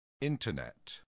Internet